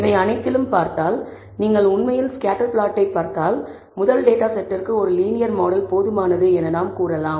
இவை அனைத்திலும் பார்த்தால் நீங்கள் உண்மையில் ஸ்கேட்டர் பிளாட்டை பார்த்தால் முதல் டேட்டா செட்ற்கு ஒரு லீனியர் மாடல் போதுமானது என நாம் கூறலாம்